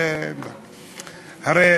הרי